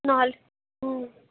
নহলি